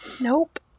Nope